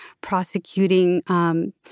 prosecuting